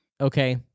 Okay